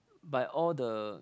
by all the